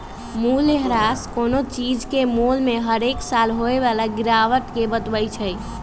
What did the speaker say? मूल्यह्रास कोनो चीज के मोल में हरेक साल होय बला गिरावट के बतबइ छइ